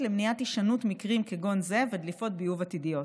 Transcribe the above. למניעת הישנות מקרים כגון זה ודליפות ביוב עתידיות.